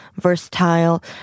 versatile